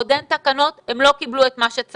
עוד אין תקנות והם לא קיבלו את מה שצריך.